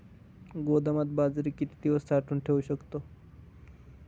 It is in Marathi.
गोदामात बाजरी किती दिवस साठवून ठेवू शकतो?